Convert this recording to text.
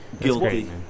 Guilty